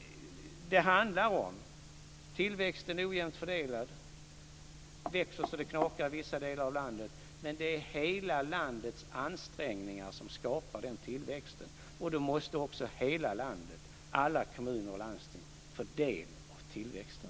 Det handlar om att tillväxten är ojämnt fördelad och att det växer så det knakar i vissa delar av landet. Men det är hela landets ansträngningar som skapar den tillväxten, och då måste också hela landet, alla kommuner och landsting, få del av tillväxten.